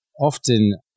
often